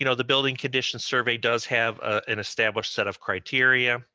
you know the building condition survey does have an established set of criteria,